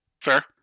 Fair